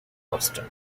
boston